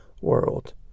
world